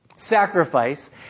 sacrifice